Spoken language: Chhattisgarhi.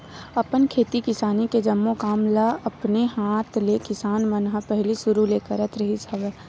अपन खेती किसानी के जम्मो काम ल अपने हात ले किसान मन ह पहिली सुरु ले करत रिहिस हवय